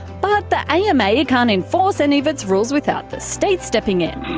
but, the ama can't enforce any of its rules without the state stepping in.